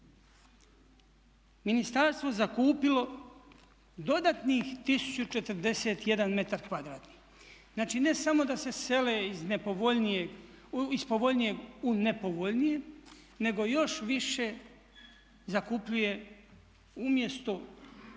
Ministarstvo zakupilo dodatnih 1041m2. Znači, ne samo da se sele iz nepovoljnijeg, iz povoljnijeg u nepovoljnije, nego još više zakupljuje umjesto